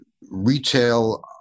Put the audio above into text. retail